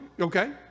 okay